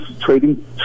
trading